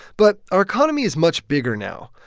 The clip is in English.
but our economy is much bigger now.